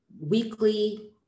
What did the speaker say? Weekly